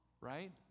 right